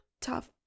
tough